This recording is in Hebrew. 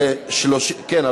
כן,